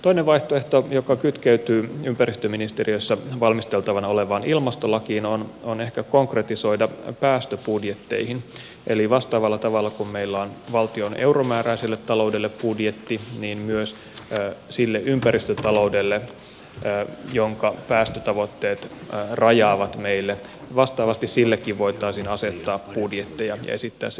toinen vaihtoehto joka kytkeytyy ympäristöministeriössä valmisteltavana olevaan ilmastolakiin on ehkä konkretisoida päästöbudjetteihin eli vastaavalla tavalla kuin meillä on valtion euromääräiselle taloudelle budjetti myös sille ympäristötaloudellekin jonka päästötavoitteet rajaavat meille voitaisiin asettaa budjetteja ja esittää se budjettimuodossa